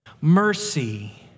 Mercy